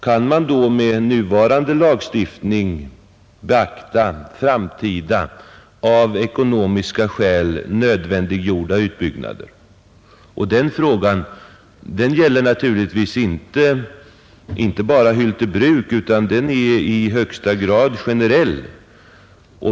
Kan man med nuvarande lagstiftning beakta framtida av ekonomiska skäl nödvändiggjorda utbyggnader? Den frågan gäller naturligtvis inte bara Hylte bruk utan den är i högsta grad generell.